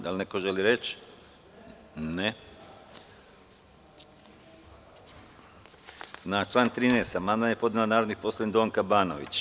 Da li neko želi reč? (Ne.) Na član 13. amandman je podnela narodni poslanik Donka Banović.